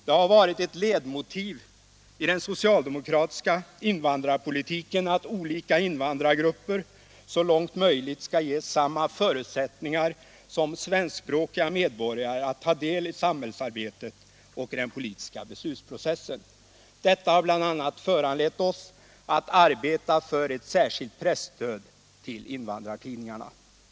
Det har varit ett ledmotiv i den socialdemokratiska invandrarpolitiken att olika invandrargrupper så långt möjligt skall ges samma förutsättningar som svenskspråkiga medborgare att ta del i samhällsarbetet och i den politiska beslutsprocessen. Detta har bl.a. föranlett oss att arbeta för ett särskilt presstöd till invandrartidningarna.